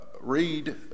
read